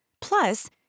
Plus